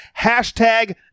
hashtag